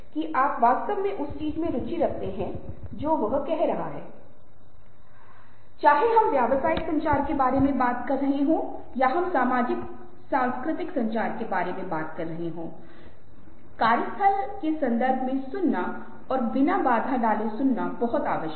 तो हम बहुत आसानी से समझ सकते हैं कि व्यक्ति बहुत अधिक बात कर रहा है लेकिन इस प्रकार के लोग कुछ प्रकार की नौकरी के लिए भी बहुत महत्वपूर्ण हैं